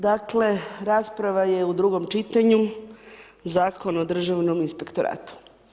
Dakle, rasprava je u drugom čitanju, Zakon o Državnom inspektoratu.